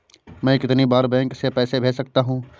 मैं कितनी बार बैंक से पैसे भेज सकता हूँ?